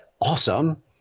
awesome